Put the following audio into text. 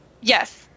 Yes